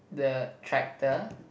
the tractor